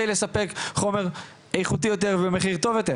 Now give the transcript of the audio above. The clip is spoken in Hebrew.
לספק חומר איכותי יותר ומחיר טוב יותר,